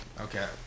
Okay